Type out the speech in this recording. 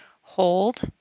Hold